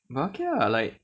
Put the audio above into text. but okay lah like